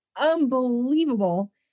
Unbelievable